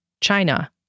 china